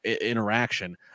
interaction